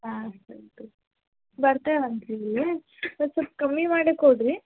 ಹಾಂ ಸರಿ ತೊ ಬರ್ತೇವೆ ಒಂದು ಸ್ವಲ್ಪ ಕಮ್ಮಿ ಮಾಡಿ ಕೊಡ್ರಿ